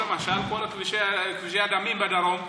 למשל כל כבישי הדמים בדרום.